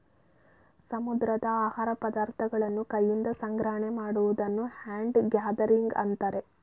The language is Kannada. ಸಮುದ್ರದ ಆಹಾರ ಪದಾರ್ಥಗಳನ್ನು ಕೈಯಿಂದ ಸಂಗ್ರಹಣೆ ಮಾಡುವುದನ್ನು ಹ್ಯಾಂಡ್ ಗ್ಯಾದರಿಂಗ್ ಅಂತರೆ